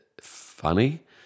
funny